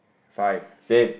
five